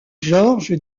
george